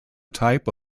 type